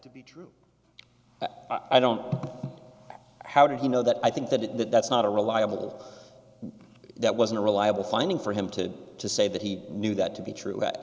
to be true i don't know how did he know that i think that that that's not a reliable that wasn't a reliable finding for him to to say that he knew that to be true